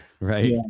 right